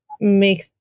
make